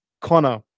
connor